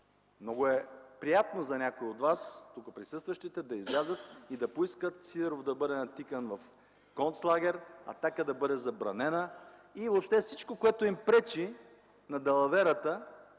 Много е приятно за някои от вас, тук присъстващите, да излязат и да поискат Сидеров да бъде натикан в концлагер, „Атака” да бъде забранена и всичко, което им пречи на далаверата,